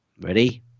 Ready